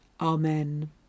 Amen